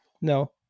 No